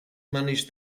managed